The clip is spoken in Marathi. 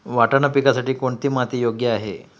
वाटाणा पिकासाठी कोणती माती योग्य आहे?